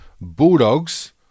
Bulldogs